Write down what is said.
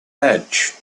edge